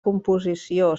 composició